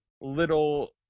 little